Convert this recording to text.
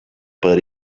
put